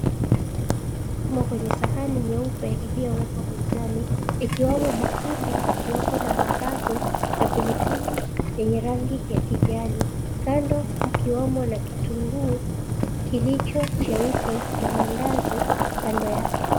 Chakula kimo kwenye sahani nyeupe iliyowekwa mezani ikiwemo bakuli iliyoko na maharagwe na pilipili yenye rangi ya kijani. Kando mkiwamo na kitunguu kilicho cheupe na mandazi kando yake.